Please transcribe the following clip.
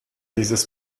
dieses